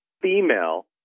female